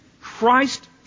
Christ